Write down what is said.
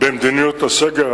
במדיניות הסגר.